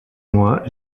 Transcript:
moi